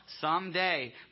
someday